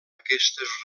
aquestes